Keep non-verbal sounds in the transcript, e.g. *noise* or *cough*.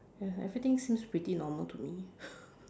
ya everything seems pretty normal to me *laughs*